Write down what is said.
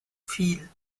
fiel